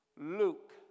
Luke